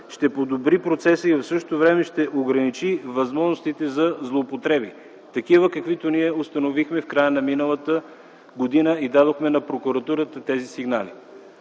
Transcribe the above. ще подобри процеса и в същото време ще ограничи възможностите за злоупотреби, такива, каквито ние установихме в края на миналата година и дадохме тези сигнали